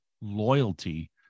loyalty